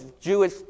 Jewish